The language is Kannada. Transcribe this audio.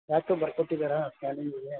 ಡಾಕ್ಟ್ರು ಬರ್ಕೊಟ್ಟಿದಾರಾ ಸ್ಕ್ಯಾನಿಂಗಿಗೆ